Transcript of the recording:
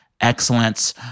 excellence